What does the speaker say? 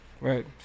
Right